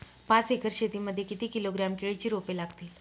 पाच एकर शेती मध्ये किती किलोग्रॅम केळीची रोपे लागतील?